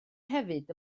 hefyd